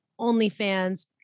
OnlyFans